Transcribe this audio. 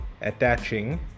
attaching